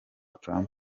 trump